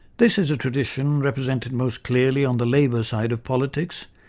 this is a tradition represented mostly clearly on the labour side of politics,